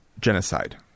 genocide